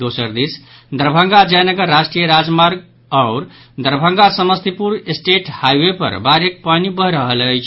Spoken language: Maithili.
दोसदिश दरभंगा जयनगर राष्ट्रीय राजमार्ग आओर दरभंगा समस्तीपुर स्टेट हाईवे पर बाढ़िक पानि बहि रहल अछि